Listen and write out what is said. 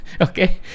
Okay